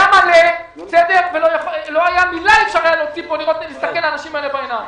היה מלא ואי אפשר היה להוציא פה מילה ולהסתכל לאנשים האלה בעיניים.